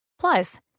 Plus